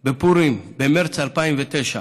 בפורים, במרס 2009,